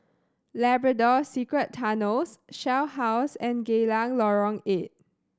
Labrador Secret Tunnels Shell House and Geylang Lorong Eight